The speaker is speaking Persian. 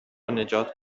نجات